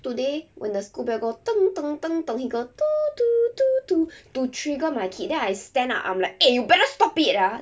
today when the school bell go deng deng deng deng he go du du du du to trigger my kid then I stand up I'm like eh you better stop it ah